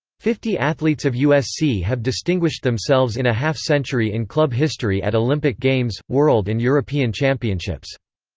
fifty athletes of usc have distinguished themselves in a half-century in club history at olympic games, world and european championships.